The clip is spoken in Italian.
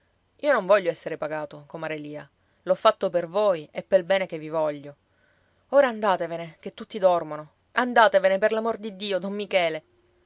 io non voglio esser pagato comare lia l'ho fatto per voi e pel bene che vi voglio ora andatevene che tutti dormono andatevene per l'amor di dio don michele